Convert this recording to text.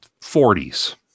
40s